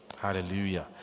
Hallelujah